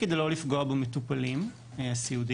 כדי לא לפגוע במטופלים הסיעודיים,